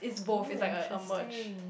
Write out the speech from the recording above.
it's more interesting